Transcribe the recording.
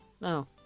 no